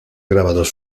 grabados